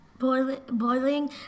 boiling